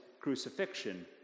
crucifixion